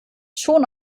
schon